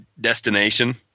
destination